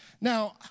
Now